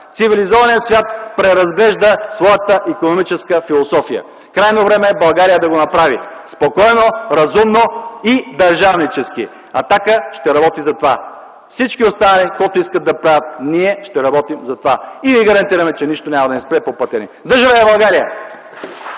Цивилизованият свят преразглежда своята икономическа философия. Крайно време е България да го направи – спокойно, разумно и държавнически. „Атака” ще работи за това. Всички останали да правят каквото искат – ние ще работим за това, и ви гарантираме, че нищо няма да ни спре по пътя ни. Да живее България!